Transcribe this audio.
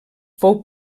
fou